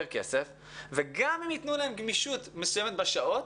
כסף וגם אם ייתנו להם גמישות מסוימת בשעות,